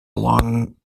along